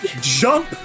jump